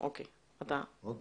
אני גם